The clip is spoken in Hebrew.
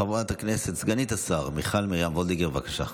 חברת הכנסת סגנית השר מיכל מרים וולדיגר, בבקשה.